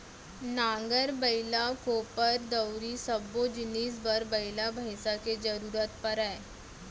नांगर, बइला, कोपर, दउंरी सब्बो जिनिस बर बइला भईंसा के जरूरत परय